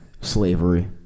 Slavery